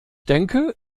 denke